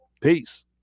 Peace